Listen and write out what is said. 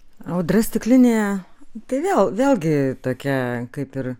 audra stiklinėje tai vėl vėlgi tokia kaip ir